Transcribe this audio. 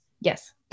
yes